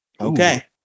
Okay